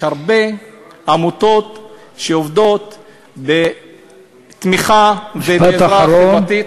יש הרבה עמותות שעובדות בתמיכה ובעזרה חברתית,